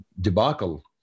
debacle